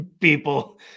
people